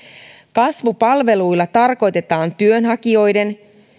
kasvupalveluilla tarkoitetaan työnhakijoiden